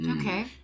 Okay